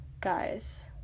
guys